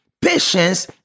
patience